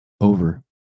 Over